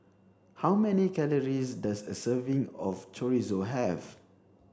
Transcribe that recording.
how many calories does a serving of Chorizo have